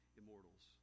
immortals